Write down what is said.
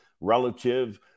relative